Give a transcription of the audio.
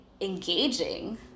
engaging